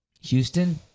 Houston